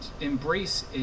embrace